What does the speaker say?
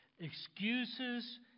excuses